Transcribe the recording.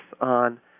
on